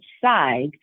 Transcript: side